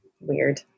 Weird